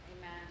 Amen